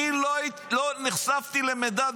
אני לא נחשפתי למידע,